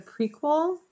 prequel